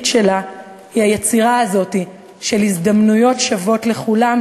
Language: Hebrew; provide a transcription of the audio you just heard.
שלה היא היצירה הזאת של הזדמנויות שוות לכולם,